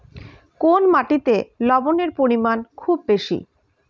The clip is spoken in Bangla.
কোন মাটিতে লবণের পরিমাণ খুব বেশি?